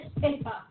paper